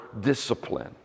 discipline